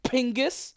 Pingus